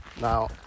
Now